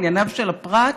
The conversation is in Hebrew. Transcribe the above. ענייניו של הפרט,